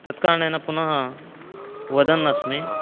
तत्कारणेन पुनः वदन्नस्मि